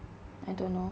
I don't know